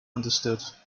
understood